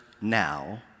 now